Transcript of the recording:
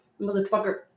motherfucker